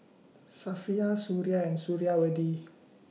Safiya Suria and Suriawati